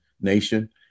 nation